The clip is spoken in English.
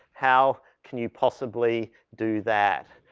how can you possibly do that?